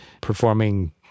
performing